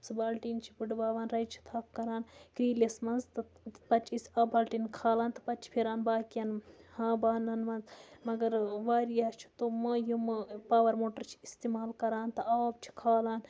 سُہ بالٹیٖن چھِ پَتہٕ ڈُباوان رَزِ چھِ تھَپھ کران کرٛیٖلِس منٛز تہٕ پَتہٕ چھِ أسۍ آب بالٹیٖن کھالان تہٕ پَتہٕ چھِ پھِران باقین بانَن منٛز مَگر واریاہ چھِ تِمہٕ یِمہٕ پاور موٹر چھِ اِستعمال کران تہٕ آب چھِ کھالان